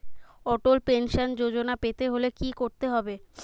অটল pension Yojana পেতে হলে কি করতে হবে?